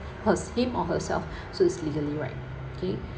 hers him or herself so is legally right okay